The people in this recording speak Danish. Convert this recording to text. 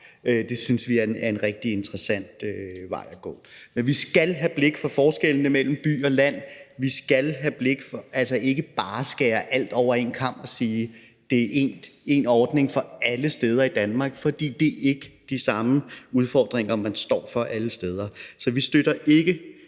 Det synes vi er en rigtig interessant vej at gå. Men vi skal have blik for forskellene mellem by og land, altså ikke bare skære alt over en kam og sige, at det er én ordning for alle steder i Danmark, for det er ikke de samme udfordringer, man står med alle steder. Så vi støtter ikke